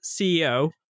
ceo